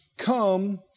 come